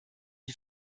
die